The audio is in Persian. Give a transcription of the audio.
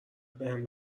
بهم